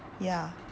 ya